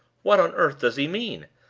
what on earth does he mean?